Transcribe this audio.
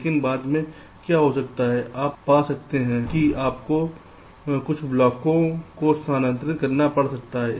लेकिन बाद में क्या हो सकता है आप पा सकते हैं कि आपको कुछ ब्लॉकों को स्थानांतरित करना पड़ सकता है